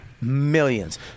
millions